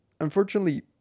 unfortunately